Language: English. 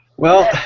well,